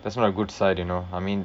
that's not a good side you know I mean